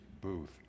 booth